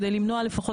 כדי לפחות